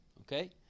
okay